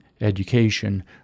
education